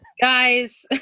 guys